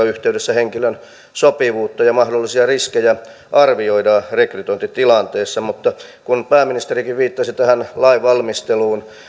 yhteydessä henkilön sopivuutta ja mahdollisia riskejä arvioidaan rekrytointitilanteessa mutta kun pääministerikin viittasi tähän lainvalmisteluun